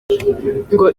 ngo